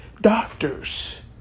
doctors